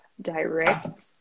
direct